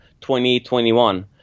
2021